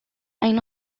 hain